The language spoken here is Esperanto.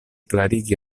klarigi